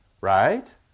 right